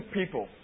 people